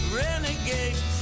renegade